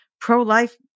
Pro-life